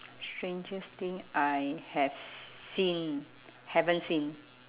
strangest thing I have seen haven't seen